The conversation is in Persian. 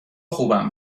خوبم